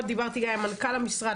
דיברתי גם עם מנכ"ל המשרד,